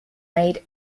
made